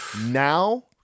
now